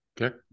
Okay